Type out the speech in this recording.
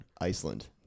iceland